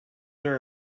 there